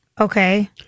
Okay